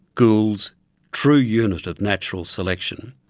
gould's true unit of natural selection,